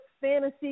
fantasy